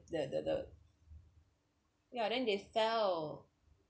the the the ya then they fell